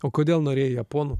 o kodėl norėjai japonų